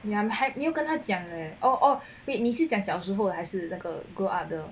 ya I'm heck 你就跟他讲将小时候小时候还是那个 grew up 的